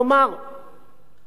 הממשלה הקודמת,